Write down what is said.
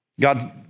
God